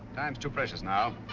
time's too precious now.